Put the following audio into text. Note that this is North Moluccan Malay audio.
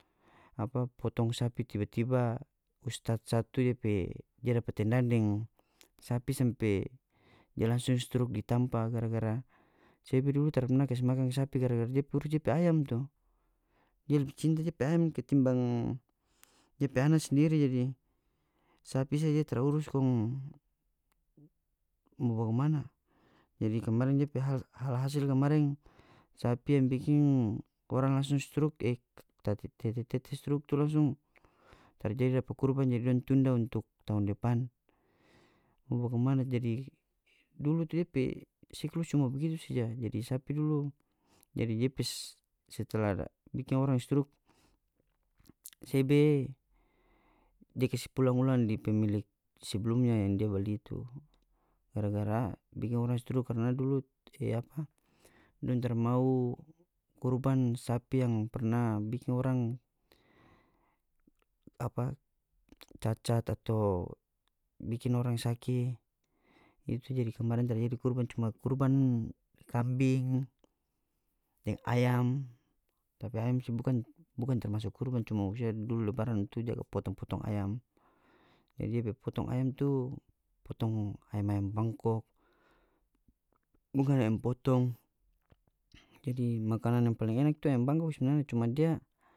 Apa potong sapi tiba-tiba ustad satu depe dia dapa tendang deng sapi sampe dia langsung struk di tampa gara-gara sebe dulu tara pernah kas makan sapi gara-gara dia pi urus dia pe ayam tu dia lebih cinta depe ayam ketimbang depe ana sendiri jadi sapi saja tara urus kong mo bagimana jadi kemarin depe hal hal hasil kemarin sapi yang bikin orang langsung struk e tete-tete struk tu langsung tara jadi dapa kurban jadi dong tunda untuk tahun depan mo bagimana jadi dulu tu depe siklus cuma begitu saja jadi sapi dulu jadi dia pe setelah bikin orang struk sebe dia kase pulang ulang di pemilik sebelumnya yang dia bali tu gara-gara bikin orang struk karna dulu e apa dong tara mau kurban sapi yang pernah bikin orang apa cacat atau bikin orang saki itu jadi kemarin tara jadi kurban cuma kurban kambing deng ayam tapi ayam si bukan bukan termasuk kurban cuma maksudnya dulu lebaran itu jaga potong-potong ayam jadi dia pe potong ayam tupotong ayam-ayam bangkok bukan ayam potong jadi makanan yang paling enak tu ayam bangkok sebenarnya cuma dia.